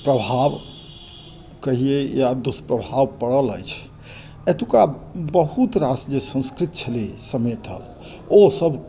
प्रभाव कहियै या दुष्प्रभाव पड़ल अछि एतुका बहुत रास संस्कृति जे छलै समेटल ओ सभ